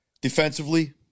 defensively